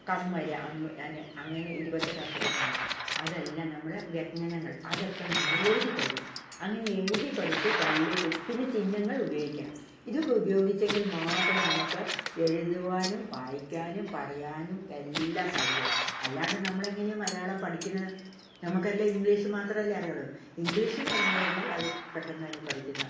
come വരെ അങ്ങനെ ഇരുപത്തി എട്ട് അക്ഷരങ്ങൾ ഉണ്ട് അതെല്ലാം നമ്മൾ വ്യജ്ഞനങ്ങൾ അതൊക്കെ നമ്മൾ എഴുതി പഠിക്കണം അങ്ങനെ എഴുതി പഠിച്ചു പള്ളി പിന്നെ ചിഹ്നങ്ങൾ ഉപയോഗിക്കണം ഇതൊക്കെ ഉപയോഗിച്ചെങ്കിൽ മാത്രമേ നമ്മൾക്ക് എഴുതുവാനും വായിക്കാനും പറയാനും എല്ലാ സാധിക്കും അല്ലാതെ നമ്മൾ എങ്ങനെയാണ് മലയാളം പഠിക്കുന്നത് നമുക്ക് എല്ലാം ഇംഗ്ലീഷ് മാത്രമല്ലേ അറിയുള്ളൂ ഇംഗ്ലീഷ് ഒന്നു പറഞ്ഞു കഴിഞ്ഞാൽ അത് പെട്ടെന്ന് തന്നെ പഠിക്കുന്നതാണ്